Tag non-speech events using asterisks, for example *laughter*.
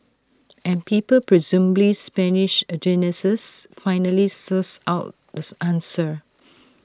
and people presumably Spanish A geniuses finally sussed out this answer *noise*